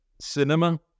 cinema